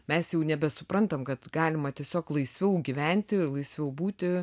mes jau nebesuprantam kad galima tiesiog laisviau gyventi ir laisviau būti